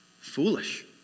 foolish